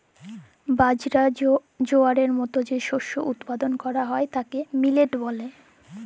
বাজরা, জয়ারের মত যে শস্য উৎপাদল ক্যরা হ্যয় তাকে মিলেট ব্যলে